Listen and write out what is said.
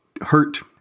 hurt